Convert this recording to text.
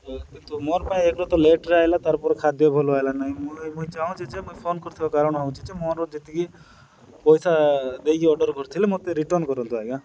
କିନ୍ତୁ ମୋର ପାଇଁ ଏକରେ ତ ଲେଟ୍ରେ ଆଇଲା ତାର ପରେ ଖାଦ୍ୟ ଭଲ ଆଇଲାନି ନାହିଁ ମୁଁ ମୁଇଁ ଚାହୁଁଚି ଯେ ମୁଇ ଫୋନ୍ କରିଥିବାର କାରଣ ହେଉଛି ଯେ ମୋର ଯେତିକି ପଇସା ଦେଇକି ଅର୍ଡ଼ର୍ କରିଥିଲି ମୋତେ ରିଟର୍ଣ୍ଣ କରନ୍ତୁ ଆଜ୍ଞା